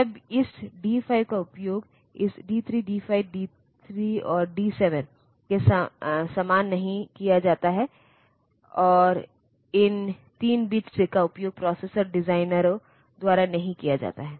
तब इस D 5 का उपयोग इस D 3 D 5 D 3 और D 1 के समान नहीं किया जाता है इन 3 बिट्स का उपयोग प्रोसेसर डिजाइनरों द्वारा नहीं किया जाता है